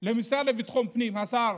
למשרד לביטחון הפנים השר